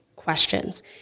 questions